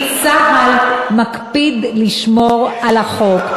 כי צה"ל מקפיד לשמור על החוק.